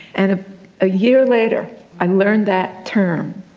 and a year later i learned that term,